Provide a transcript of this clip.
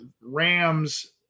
Rams